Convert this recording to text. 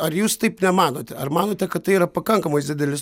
ar jūs taip nemanote ar manote kad tai yra pakankamas didelis